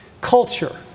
culture